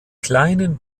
kleinen